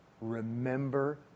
Remember